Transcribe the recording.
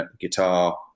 guitar